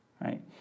right